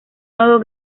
nodo